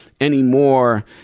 anymore